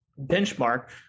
benchmark